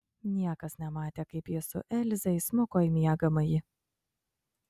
niekas nematė kaip jis su elze įsmuko į miegamąjį